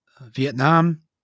Vietnam